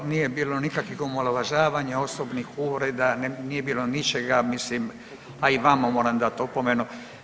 Tu nije bilo nikakvih omalovažavanja, osobnih uvreda, nije bilo ničega mislim, a i vama moram dati opomenu.